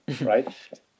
right